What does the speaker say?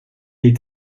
est